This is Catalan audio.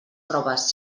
proves